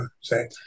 say